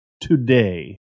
today